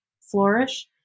flourish